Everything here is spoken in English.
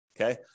okay